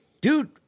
dude